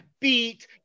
beat